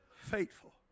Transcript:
faithful